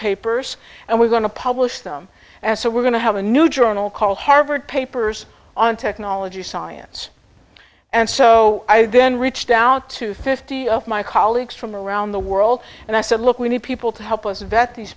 papers and we're going to publish them and so we're going to have a new journal called harvard papers on technology science and so i then reached out to fifty of my colleagues from around the world and i said look we need people to